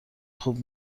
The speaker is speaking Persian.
خوب